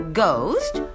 ghost